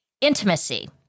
intimacy